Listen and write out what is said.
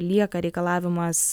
lieka reikalavimas